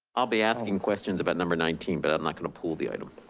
i'll be asking questions about number nineteen. but i'm not gonna pull the item.